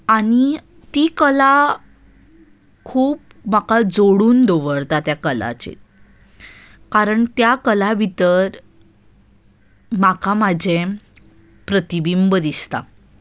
आनी ती कला खूब म्हाका जोडून दवरता त्या कलाचेर कारण त्या कला भितर म्हाका म्हजें प्रतिबिंब दिसता